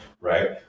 right